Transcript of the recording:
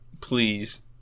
please